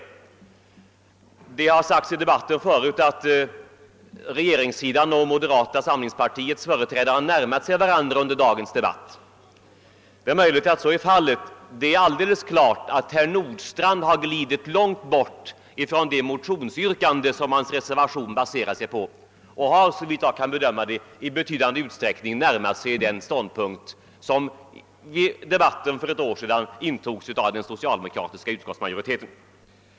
Det har tidigare sagts i debatten att regeringen och moderata samlingspartiets företrädare har närmat sig varandra under dagens debatt. Det är möjligt att så är fallet. Det är tydligt att herr Nordstrandh har glidit långt ifrån det motionsyrkande som hans reservation baserar sig på, och han har, såvitt jag kan bedöma det, i betydande utsträckning närmat sig den ståndpunkt som för ett år sedan intogs av den socialdemokratiska utskottsmajoriteten.